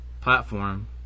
platform